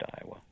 Iowa